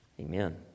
Amen